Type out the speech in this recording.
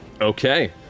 Okay